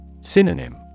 Synonym